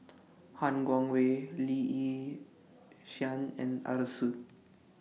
Han Guangwei Lee Yi Shyan and Arasu